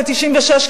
ב-1996,